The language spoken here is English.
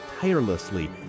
tirelessly